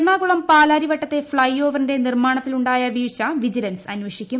എറണാകുളം പാലാരിവട്ടത്തെ ഫ്ളൈ ഓവറിന്റെ നിർമാണത്തിലുണ്ടായ വീഴ്ച വിജിലൻസ് അന്വേഷി ക്കും